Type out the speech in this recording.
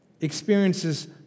experiences